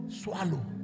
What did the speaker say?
Swallow